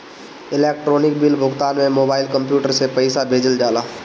electronic bill भुगतान में mobile, computer से पईसा भेजल जाला